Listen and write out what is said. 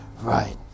Right